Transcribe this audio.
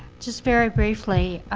just very briefly,